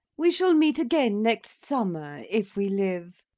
we shall meet again next summer if we live.